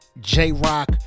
J-Rock